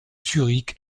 zurich